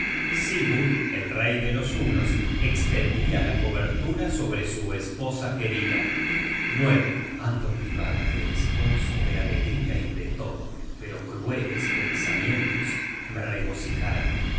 el rey de los hunos estendia la cubertura sobre su esposa querida ando privada de esposo de alegría y de todo pero crueles pensamientos me regocijarán